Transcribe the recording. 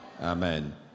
Amen